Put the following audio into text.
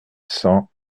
cents